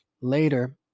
Later